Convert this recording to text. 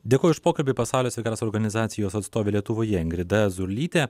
dėkoju už pokalbį pasaulio sveikatos organizacijos atstovė lietuvoje ingrida zurlytė